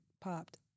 popped